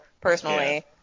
personally